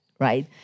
Right